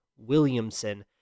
Williamson